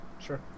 sure